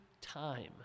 time